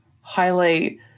highlight